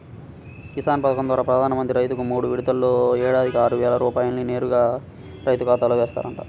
కిసాన్ పథకం ద్వారా ప్రధాన మంత్రి రైతుకు మూడు విడతల్లో ఏడాదికి ఆరువేల రూపాయల్ని నేరుగా రైతు ఖాతాలో ఏస్తారంట